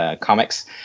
Comics